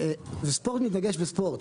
ספורט מתנגש בספורט.